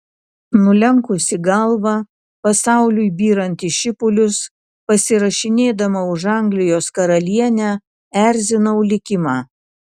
nulenkusi galvą pasauliui byrant į šipulius pasirašinėdama už anglijos karalienę erzinau likimą